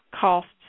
costs